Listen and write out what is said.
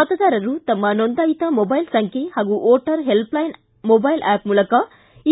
ಮತದಾರರು ತಮ್ಮ ನೊಂದಾಯಿತ ಮೊಬೈಲ್ ಸಂಖ್ಯೆ ಹಾಗೂ ವೋಟರ್ ಹೆಲ್ಲರೈನ್ ಮೊಬೈಲ್ ಆಫ್ ಮೂಲಕ